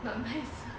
the